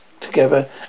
together